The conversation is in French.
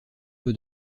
peu